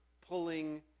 pulling